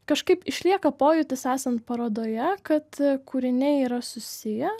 kažkaip išlieka pojūtis esant parodoje kad kūriniai yra susiję